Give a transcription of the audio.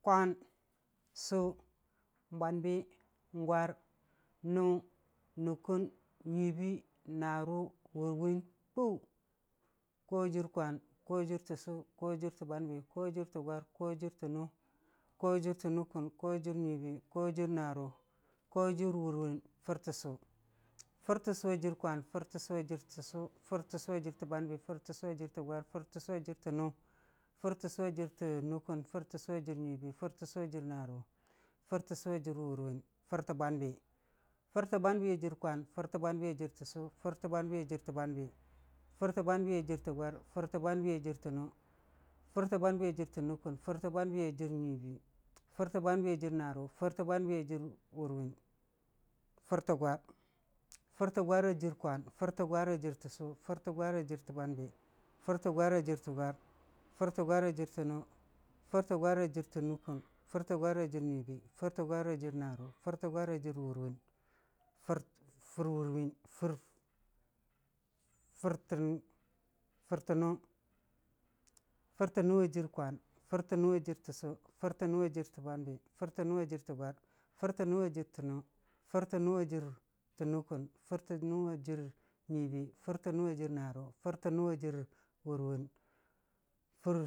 Kwan, n'sʊ, bwanbi, gwar, nʊ, nukkun, nyiibii, narʊ, wurwin, kwau, kwau a jɨr kwan, kwau a jɨr təssʊ, kwau a jɨr tə bwanbi, kwau a jɨr tə gwar, kwau a jɨr tə nv, kwau a jɨr tə nukkun, kwau a jɨr nyiibii, kwau a jɨr narɨ, kwau a jɨr nyiibii, fʊr təssʊ, fʊr təsʊ a jɨr kwan, fʊr təssɨ a jɨr təssʊ, fʊr təssʊ a jɨr tə bwanbi, fʊr təssʊ a jɨr gwar, fʊr tassu ajir tə nʊ, fʊr təssʊ a jɨr tə nukkun, fʊr təssʊ a jɨr nyiibii, fʊr təssʊ a jɨr narʊ, fʊr təssʊ a jɨr wurwin, fʊr tə bwanbi, fʊr tə bwanbi a jɨr kwan, fʊr tə bwanbi a jɨr təssu, fʊr tə bwanbi a jɨr tə gwar, fʊr tə bwanbi a jɨr tə nʊ, fʊr tə bwanbi a jɨr tə nukkun, fʊr tə bwanbi a jɨr nukkun, fʊr tə bwanbi a jɨr nyiibii, fʊr tə bwanbi a jɨr narʊ, fʊr tə bwanbi a jɨr wurwin, fʊr tə gwar, fʊr tə gwar a jɨr kwan, fʊr tə gwar a jɨr sʊ, fʊr tə gwar a jɨr bwambi, fʊr tə gwar a jɨr gwar, fʊr tə gwar a jɨr nʊ, fʊr tə gwar a jɨr nukkun, fʊr tə gwar a jɨr nyiibii, fʊr tə gwar a jɨr narʊ, fʊr tə gwar a jɨr wurwin, f- fʊr wurwiin, fʊr, fʊr tə nʊ, fʊr tə nʊ a jɨr kwan, fʊr tə nʊ a jɨr sʊ, fʊr tə nʊ a jɨr tə bwanbi, fʊr tə nʊ a jɨr tə gwar, fʊr tə nʊ a jɨr tə nʊ, fʊr tə nʊ a jɨr tə nukkun, fʊr tə nʊ a jɨr neve, fʊr tə nʊ a jɨr narʊ, fʊr tə nʊ a jɨr tə wurwin fʊr.